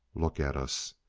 look at us!